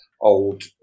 old